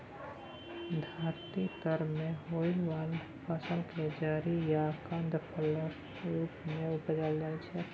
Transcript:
धरती तर में होइ वाला फसल केर जरि या कन्द फसलक रूप मे उपजाइल जाइ छै